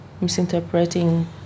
misinterpreting